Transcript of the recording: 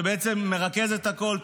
שמרכז את הכול.